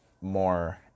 more